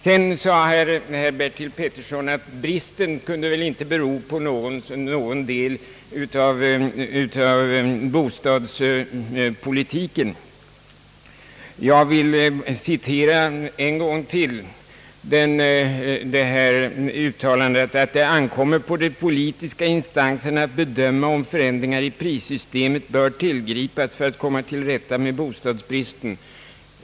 Herr Bertil Petersson sade att bristen på bostasmarknaden väl ändå inte till någon del kunde vara förorsakad av bostadspolitiken. Jag vill med anledning härav än en gång citera uttalandet, att det ankommer på de politiska instanserna att bedöma om förändringar i prissystemet bör tillgripas för att komma till rätta med bostadsbristen.